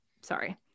Sorry